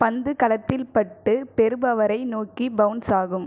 பந்து களத்தில் பட்டு பெறுபவரை நோக்கி பவுன்ஸ் ஆகும்